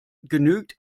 genügt